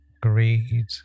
greed